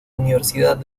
universidad